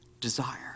desire